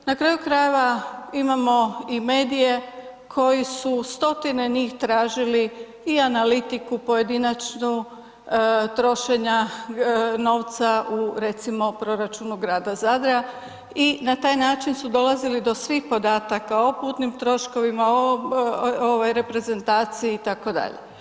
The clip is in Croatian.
Na kraju krajeva imamo i medije koji su stotine njih tražili i analitiku pojedinačnu trošenja novca u recimo proračunu grada Zadra i na taj način su dolazili do svih podataka o putnim troškovima, o ovaj reprezentaciji itd.